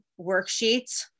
worksheets